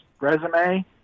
resume